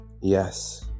Yes